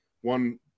one